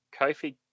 Kofi